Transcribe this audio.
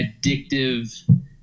addictive